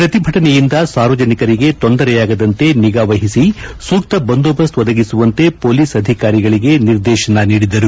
ಪ್ರತಿಭಟನೆಯಿಂದ ಸಾರ್ವಜನಿಕರಿಗೆ ತೊಂದರೆಯಾಗದಂತೆ ನಿಗಾವಹಿಸಿ ಸೂಕ್ತ ಬಂದೋಬಸ್ತ್ ಒದಗಿಸುವಂತೆ ಪೊಲೀಸ್ ಅಧಿಕಾರಿಗಳಿಗೆ ನಿರ್ದೇಶನ ನೀಡಿದರು